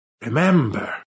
Remember